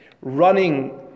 Running